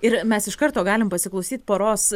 ir mes iš karto galim pasiklausyt poros